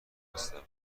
هستم